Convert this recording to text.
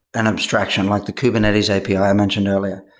an abstraction, like the kubernetes api i mentioned earlier.